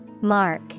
Mark